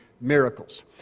miracles